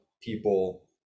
people